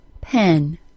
pen